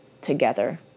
together